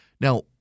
Now